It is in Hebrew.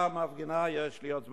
יש לי עוד זמן.